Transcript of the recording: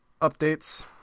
updates